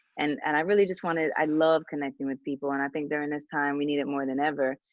and and i really just wanted i love connecting with people and i think, during this time, we need it more than ever.